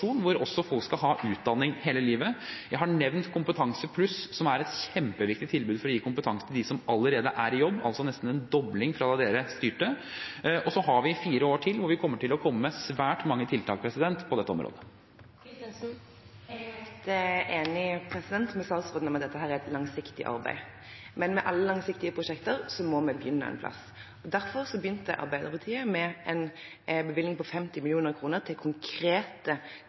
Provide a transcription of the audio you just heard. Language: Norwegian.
hvor folk også skal ha utdanning hele livet. Jeg har nevnt Kompetansepluss, som er et kjempeviktig tilbud for å gi kompetanse til dem som allerede er i jobb – med nesten en dobling fra da de rød-grønne styrte. Vi har fire år til hvor vi kommer til å komme med svært mange tiltak på dette området. Jeg er helt enig med statsråden i at dette er et langsiktig arbeid, men med alle langsiktige prosjekter må vi begynne et sted. Derfor begynte Arbeiderpartiet med en bevilgning på 50 mill. kr til konkrete kompetansehevende tiltak i Hordaland og Rogaland innen bygg og anlegg og innen helse og omsorg. Det